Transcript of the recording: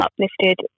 uplifted